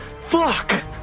Fuck